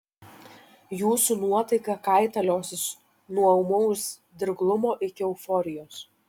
jūsų nuotaika kaitaliosis nuo ūmaus dirglumo iki euforijos